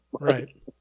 Right